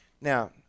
Now